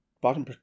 bottom